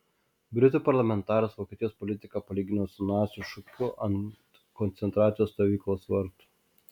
britų parlamentaras vokietijos politiką palygino su nacių šūkiu ant koncentracijos stovyklos vartų